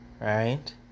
right